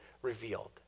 revealed